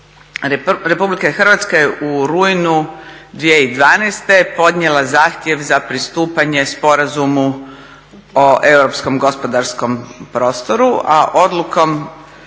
Republika Hrvatska je u rujnu 2012. podnijela zahtjev za pristupanje Sporazumu o europskom gospodarskom prostoru, a odlukom